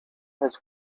has